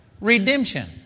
redemption